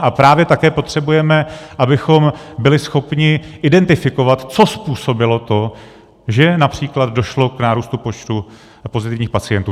A právě také potřebujeme, abychom byli schopni identifikovat, co způsobilo to, že například došlo k nárůstu počtu pozitivních pacientů.